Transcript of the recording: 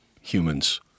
humans